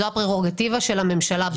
זאת הפרורוגטיבה של הממשלה בהקשר הזה.